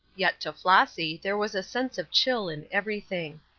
yet to flossy there was a sense of chill in everything.